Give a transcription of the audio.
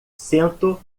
cento